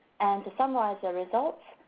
to summarize their results,